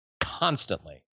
constantly